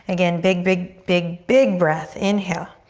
again, big, big, big, big breath, inhale.